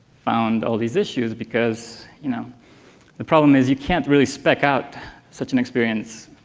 found all these issues, because you know the problem is you can't really spec out such an experience,